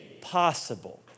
possible